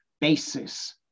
basis